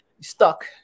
stuck